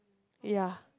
ya